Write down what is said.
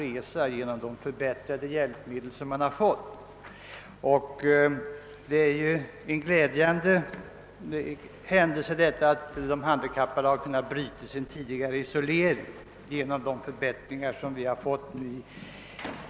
Det är glädjande att de olika handikapphjälpmedlen har gjort att de handikappade har kunnat bryta sin tidigare isolering på olika sätt.